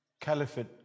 Caliphate